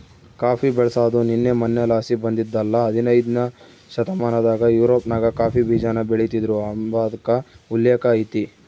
coffee ಬೆಳ್ಸಾದು ನಿನ್ನೆ ಮನ್ನೆಲಾಸಿ ಬಂದಿದ್ದಲ್ಲ ಹದನೈದ್ನೆ ಶತಮಾನದಾಗ ಯುರೋಪ್ನಾಗ ಕಾಫಿ ಬೀಜಾನ ಬೆಳಿತೀದ್ರು ಅಂಬಾದ್ಕ ಉಲ್ಲೇಕ ಐತೆ